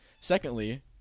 Secondly